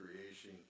creation